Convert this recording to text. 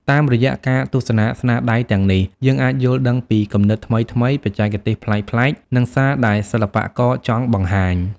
តាមរយៈការទស្សនាស្នាដៃទាំងនេះ យើងអាចយល់ដឹងពីគំនិតថ្មីៗ បច្ចេកទេសប្លែកៗ និងសារដែលសិល្បករចង់បង្ហាញ។